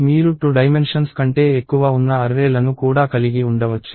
మీరు 2 డైమెన్షన్స్ కంటే ఎక్కువ ఉన్న అర్రే లను కూడా కలిగి ఉండవచ్చు